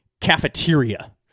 cafeteria